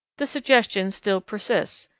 the suggestion still persists,